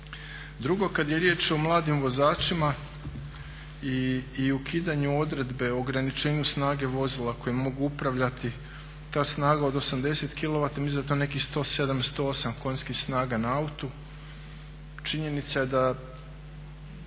Drugo, kada je riječ o mladim vozačima i ukidanju odredbe o ograničenju snage vozila kojim mogu upravljati, ta snaga od 80 kilovata mislim da je to nekih 107, 108 konjskih snaga na autu. Činjenica je da,